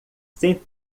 sem